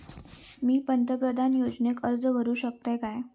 मी पंतप्रधान योजनेक अर्ज करू शकतय काय?